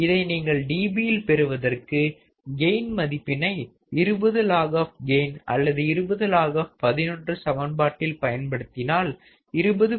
இதை நீங்கள் dB யில் பெறுவதற்கு கெயின் மதிப்பினை 20 log கெயின் அல்லது 20 log சமன் பாட்டில் பயன்படுத்தினால் 20